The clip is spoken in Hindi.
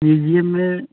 म्यूजियम में